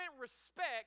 respect